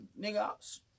nigga